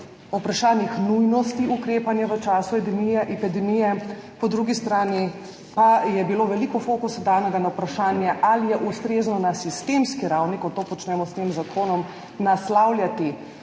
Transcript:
vprašanjih nujnosti ukrepanja v času epidemije, po drugi strani pa je bilo danega veliko fokusa na vprašanje, ali je ustrezno na sistemski ravni, kot to počnemo s tem zakonom, naslavljati